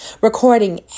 Recording